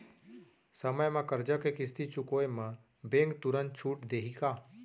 समय म करजा के किस्ती चुकोय म बैंक तुरंत छूट देहि का?